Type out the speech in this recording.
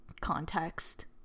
context